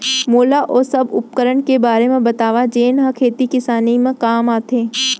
मोला ओ सब उपकरण के बारे म बतावव जेन ह खेती किसानी म काम आथे?